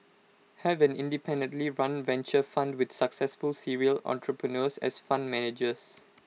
have an independently run venture fund with successful serial entrepreneurs as fund managers